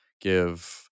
give